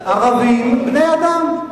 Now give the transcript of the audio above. ערבים הם בני-אדם,